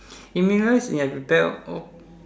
meaningless if I rebel oh